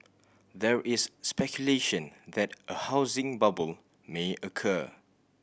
there is speculation that a housing bubble may occur